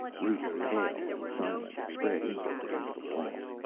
rudi, pale and silent, spread-eagled against the wall.